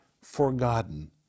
forgotten